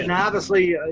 and obviously,